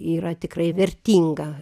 yra tikrai vertinga